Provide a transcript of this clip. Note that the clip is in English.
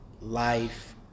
life